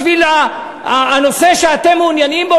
הכול בשביל הנושא שאתם מעוניינים בו,